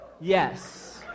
Yes